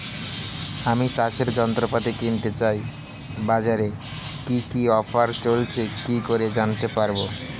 আমি চাষের যন্ত্রপাতি কিনতে চাই বাজারে কি কি অফার চলছে কি করে জানতে পারবো?